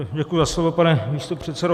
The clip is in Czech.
Děkuji za slovo, pane místopředsedo.